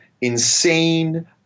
insane